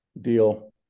deal